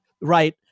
right